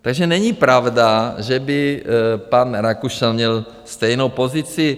Takže není pravda, že by pan Rakušan měl stejnou pozici.